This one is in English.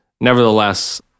Nevertheless